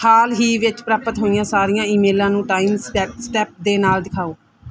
ਹਾਲ ਹੀ ਵਿੱਚ ਪ੍ਰਾਪਤ ਹੋਈਆਂ ਸਾਰੀਆਂ ਈਮੇਲਾਂ ਨੂੰ ਟਾਈਮ ਸਪੈ ਸਟੈਪ ਦੇ ਨਾਲ ਦਿਖਾਓ